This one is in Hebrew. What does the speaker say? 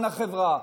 למען החברה,